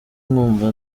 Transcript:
nkumva